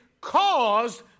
caused